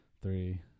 three